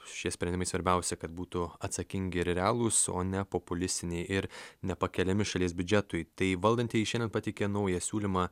šie sprendimai svarbiausia kad būtų atsakingi ir realūs o ne populistiniai ir nepakeliami šalies biudžetui tai valdantieji šiandien pateikė naują siūlymą